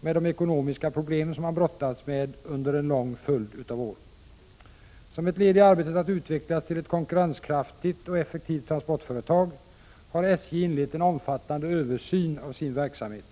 med de ekonomiska problem som man brottats med under en lång följd av år. Som ett led i arbetet att utvecklas till ett konkurrenskraftigt och effektivt transportföretag har SJ inlett en omfattande översyn av sin verksamhet.